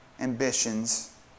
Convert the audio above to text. ambitions